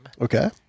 Okay